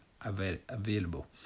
available